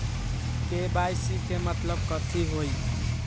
KYC के मतलब कथी होई?